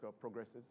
progresses